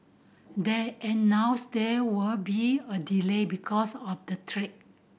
they announced there were be a delay because of the track